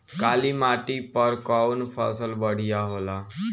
काली माटी पर कउन फसल बढ़िया होला?